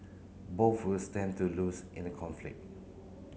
both will stand to lose in a conflict